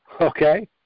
okay